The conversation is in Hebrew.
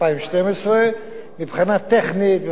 באוגוסט 2012. מבחינה טכנית,